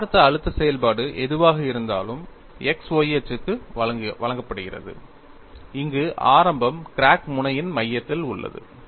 நாம் பார்த்த அழுத்த செயல்பாடு எதுவாக இருந்தாலும் x y அச்சுக்கு வழங்கப்படுகிறது அங்கு ஆரம்பம் கிராக் முனையின் மையத்தில் உள்ளது